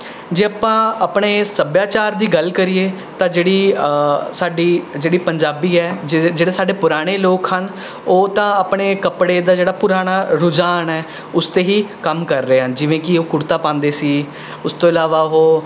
ਜੇ ਆਪਾਂ ਆਪਣੇ ਸੱਭਿਆਚਾਰ ਦੀ ਗੱਲ ਕਰੀਏ ਤਾਂ ਜਿਹੜੀ ਸਾਡੀ ਜਿਹੜੀ ਪੰਜਾਬੀ ਹੈ ਜਿਹੜੇ ਜਿਹੜੇ ਸਾਡੇ ਪੁਰਾਣੇ ਲੋਕ ਹਨ ਉਹ ਤਾਂ ਆਪਣੇ ਕੱਪੜੇ ਦਾ ਜਿਹੜਾ ਪੁਰਾਣਾ ਰੁਝਾਨ ਹੈ ਉਸ ਤੇ ਹੀ ਕੰਮ ਕਰ ਰਹੇ ਹਨ ਜਿਵੇਂ ਕਿ ਉਹ ਕੁੜਤਾ ਪਾਉਂਦੇ ਸੀ ਉਸ ਤੋਂ ਇਲਾਵਾ ਉਹ